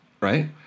right